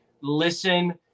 listen